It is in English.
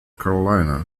carolina